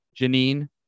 Janine